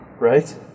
Right